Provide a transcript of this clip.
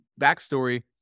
backstory